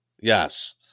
Yes